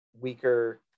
weaker